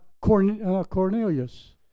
Cornelius